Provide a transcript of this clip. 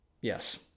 Yes